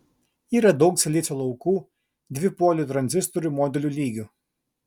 yra daug silicio lauko ir dvipolių tranzistorių modelių lygių